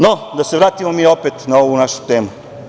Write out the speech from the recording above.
No, da se vratimo mi opet na ovu našu temu.